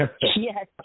Yes